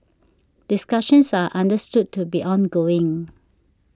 discussions are understood to be ongoing